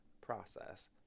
process